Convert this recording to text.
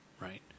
right